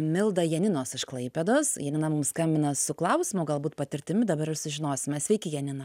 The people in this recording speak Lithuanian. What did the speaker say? milda janinos iš klaipėdos janina mums skambina su klausimu galbūt patirtimi dabar ir sužinosime sveiki janina